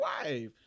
wife